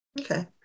Okay